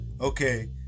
okay